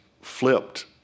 flipped